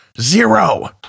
Zero